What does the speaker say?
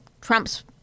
Trumps